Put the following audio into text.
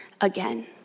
again